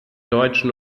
deutschen